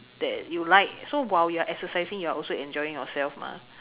that you like so while you're exercising you're also enjoying yourself mah